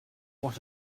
what